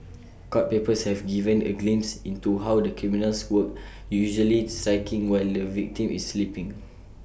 court papers have given A glimpse into how the criminals work usually striking while the victim is sleeping